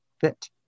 fit